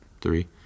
three